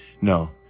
No